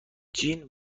جین